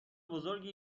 بزرگی